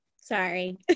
Sorry